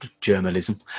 journalism